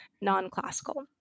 non-classical